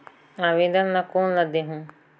आवेदन ला कोन ला देहुं?